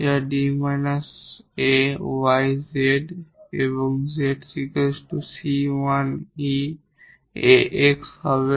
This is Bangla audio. যা yz এবং z c1 e ax হবে